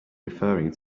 referring